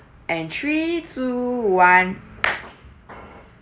and three two one